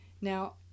Now